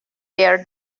their